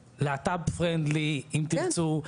להט"ב friendly אם תרצו לקרוא לזה ככה.